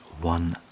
one